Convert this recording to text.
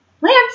Lance